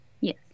Yes